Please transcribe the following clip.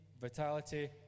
vitality